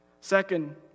Second